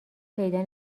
پیدا